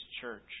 church